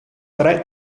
tre